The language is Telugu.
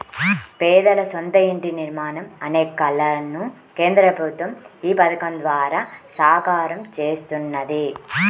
పేదల సొంత ఇంటి నిర్మాణం అనే కలను కేంద్ర ప్రభుత్వం ఈ పథకం ద్వారా సాకారం చేస్తున్నది